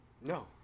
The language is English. No